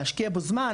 להשקיע בו זמן,